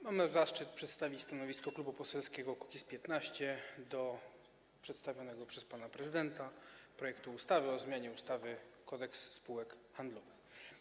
Mam zaszczyt przedstawić stanowisko Klubu Poselskiego Kukiz’15 wobec przedstawionego przez pana prezydenta projektu ustawy o zmianie ustawy Kodeks spółek handlowych.